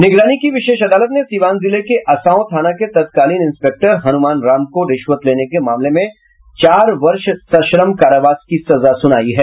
निगरानी की विशेष अदालत ने सीवान जिले के असांव थाना के तत्कालीन इंस्पेक्टर हनुमान राम को रिश्वत लेने के मामले में चार वर्ष सश्रम कारावास की सजा सुनाई है